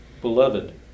beloved